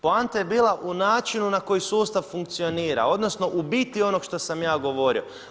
Poanta je bila u načinu na koji sustav funkcionira odnosno u biti onoga što sam ja govorio.